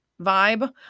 vibe